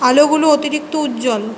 আলোগুলো অতিরিক্ত উজ্জ্বল